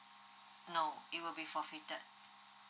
no it will be forfeited